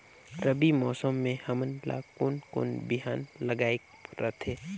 रबी मौसम मे हमन ला कोन कोन बिहान लगायेक रथे?